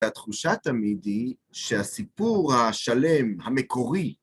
והתחושה תמיד היא שהסיפור השלם, המקורי,